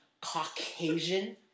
Caucasian